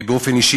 באופן אישי,